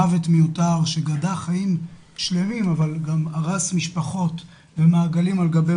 מוות מיותר שגדע חיים שלמים וגם הרס משפחות ומעגלים על גבי